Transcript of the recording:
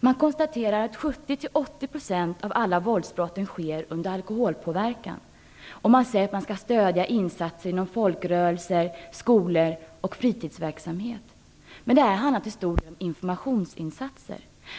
Man konstaterar att 70-80 % av alla våldsbrott sker under alkoholpåverkan. Man säger att man skall stödja insatser inom folkrörelser, skolor och fritidsverksamhet. Men det handlar då till stor del om informationsinsatser.